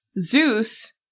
zeus